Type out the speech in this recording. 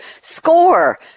SCORE